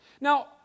Now